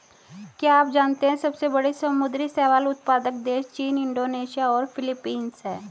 क्या आप जानते है सबसे बड़े समुद्री शैवाल उत्पादक देश चीन, इंडोनेशिया और फिलीपींस हैं?